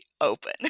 open